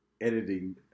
editing